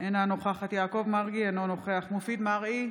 אינה נוכחת יעקב מרגי, אינו נוכח מופיד מרעי,